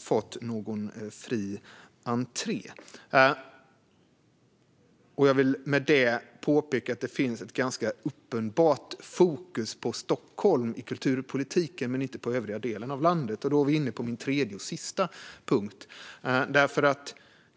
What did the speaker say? fått någon fri entré. Med detta vill jag påpeka att det i kulturpolitiken finns ett ganska uppenbart fokus på Stockholm men inte på den övriga delen av landet. Då är vi inne på min tredje och sista punkt.